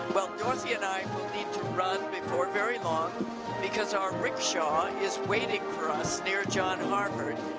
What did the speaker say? well dorothy and i need to run before very long because our rickshaw is waiting for us near john harvard